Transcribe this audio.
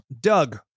Doug